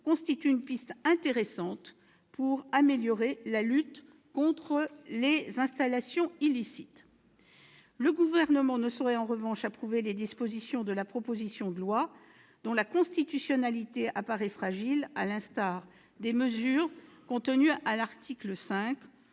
constitue une piste intéressante pour améliorer la lutte contre les installations illicites. Le Gouvernement ne saurait en revanche approuver les dispositions de la proposition de loi dont la constitutionnalité apparaît fragile, à l'instar des mesures contenues à l'article 5,